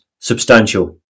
Substantial